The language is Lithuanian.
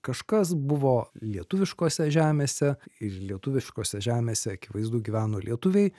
kažkas buvo lietuviškose žemėse ir lietuviškose žemėse akivaizdu gyveno lietuviai